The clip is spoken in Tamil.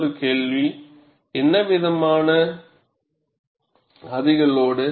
மற்றொரு கேள்வி என்ன விதமான அதிக லோடு